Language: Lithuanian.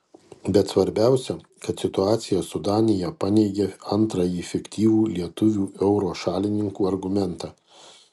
bet svarbiausia kad situacija su danija paneigia antrąjį fiktyvų lietuvių euro šalininkų argumentą